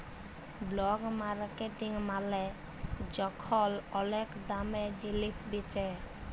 black marketing মালে যখল ওলেক দামে জিলিস বেঁচে